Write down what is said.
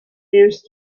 used